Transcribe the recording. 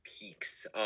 peaks